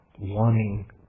wanting